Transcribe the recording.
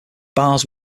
bars